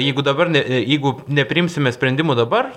jeigu dabar ne jeigu nepriimsime sprendimo dabar